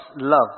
love